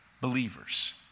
believers